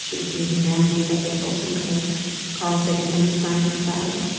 she was in the humanities, i think, ultimately carl sagan from the science side.